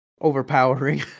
overpowering